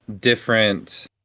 different